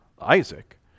Isaac